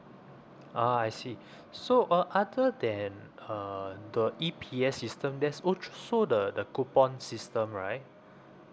ah I see so uh other than uh the E_P_S system there's also the the coupon system right